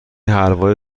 حلوای